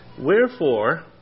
Wherefore